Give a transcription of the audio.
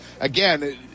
Again